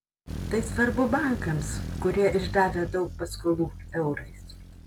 tai svarbu bankams kurie išdavę daug paskolų eurais